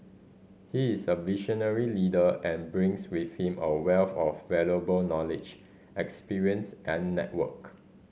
he is a visionary leader and brings with him a wealth of valuable knowledge experience and network